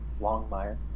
Longmire